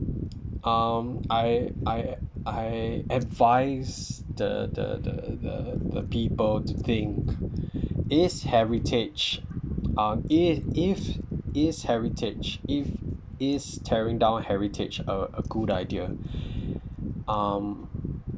um I I I advise the the the the the people to think is heritage um if if is heritage if is tearing down heritage a good idea um